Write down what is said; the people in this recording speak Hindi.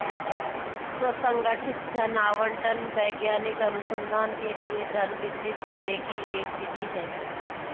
स्व संगठित धन आवंटन वैज्ञानिक अनुसंधान के लिए धन वितरित करने की एक विधि है